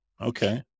Okay